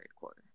quarter